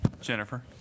Jennifer